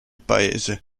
paese